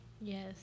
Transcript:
Yes